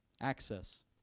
Access